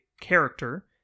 character